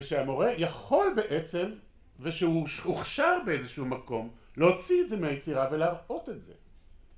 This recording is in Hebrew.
שהמורה יכול בעצם, ושהוא הוכשר באיזשהו מקום, להוציא את זה מהיצירה ולהראות את זה.